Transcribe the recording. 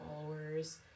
followers